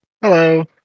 Hello